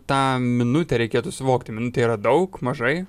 tą minutę reikėtų suvokti minutė yra daug mažai